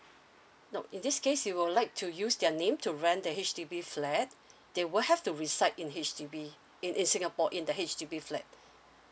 nope in this case you will like to use their name to rent a H_D_B flat they will have to reside in H_D_B in in singapore in the H_D_B flat